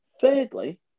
Thirdly